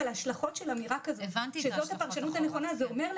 אבל ההשלכות של אמירה כזאת שזאת הפרשנות הנכונה זה אומר,